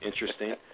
interesting